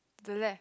to left